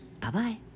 Bye-bye